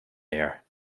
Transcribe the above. air